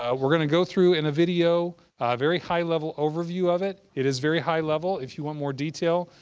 ah we're going to go through in a video, a ah very high-level overview of it. it is very high-level. if you want more detail,